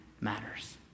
matters